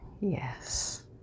yes